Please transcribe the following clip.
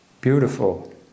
beautiful